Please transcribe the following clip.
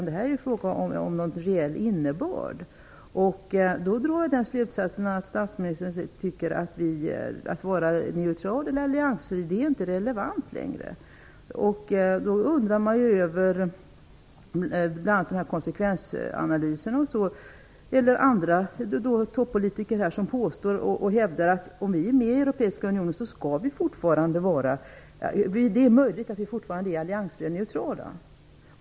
Det är en fråga med reell innebörd. Jag drar slutsatsen att statsministern tycker att det inte längre är relevant att vara neutral eller alliansfri. Då undrar man över konsekvensanalysen och över att andra toppolitiker hävdar att om vi är med i Europeiska unionen skall det fortfarande vara möjligt för oss att vara alliansfria och neutrala.